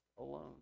alone